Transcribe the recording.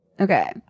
okay